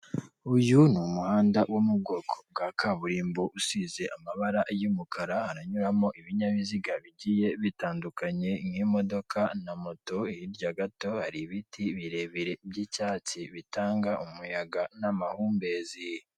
uyu ni umuhanda wo mu bwoko bwa kaburimbo usize amabara y'umukara, haranyuramo ibinyabiziga bigiye bitandukanye nk'imodoka na moto, hirya gato hari ibiti birebire by'icyatsi bitanga umuyaga n'amahumbezi.